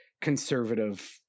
conservative